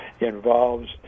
involves